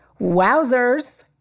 Wowzers